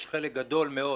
יש חלק גדול מאוד